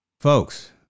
folks